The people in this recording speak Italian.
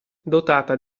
dotata